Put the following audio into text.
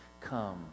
Come